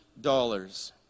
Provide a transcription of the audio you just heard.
dollars